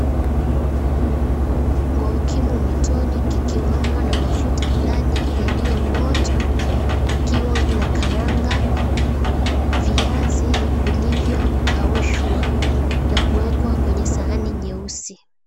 Kikaango kimo motoni na mafuta ndani yaliyo moto ikiwa inakaranga viazi vilivyokaushwa na kuwekwa kwenye sahani nyeusi.